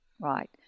Right